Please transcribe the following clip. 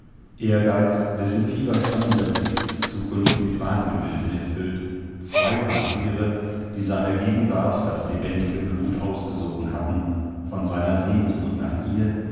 ehrgeiz dessen fieberstammender blick die zukunft mit wahngebilden erfüllt zwei vampyre die seiner gegenwart das lebendige blut ausgesogen hatten von seiner sehnsucht nach ihr